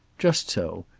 just so.